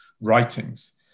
writings